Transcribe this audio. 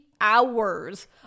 hours